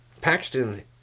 Paxton